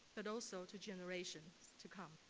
but also to generations to come.